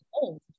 old